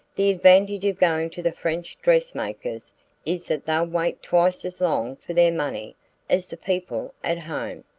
the advantage of going to the french dress-makers is that they'll wait twice as long for their money as the people at home.